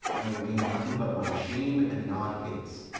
i will gain nothing but my shame and the odd hits.